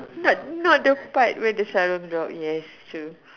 not not not the part where the sarong drop yes true